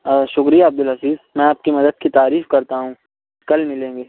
شکریہ عبد الحفیظ میں آپ کی مدد کی تعریف کرتا ہوں کل ملیں گے